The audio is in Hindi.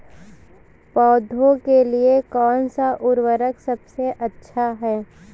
पौधों के लिए कौन सा उर्वरक सबसे अच्छा है?